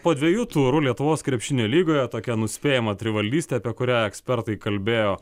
po dviejų turų lietuvos krepšinio lygoje tokia nuspėjama trivaldystė apie kurią ekspertai kalbėjo